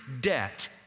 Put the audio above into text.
debt